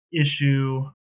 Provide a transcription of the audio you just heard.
issue